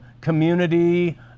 community